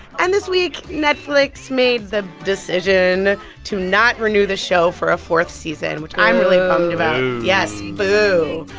and this week, netflix made the decision to not renew the show for a fourth season. boo. and which i'm really bummed about boo yes, boo.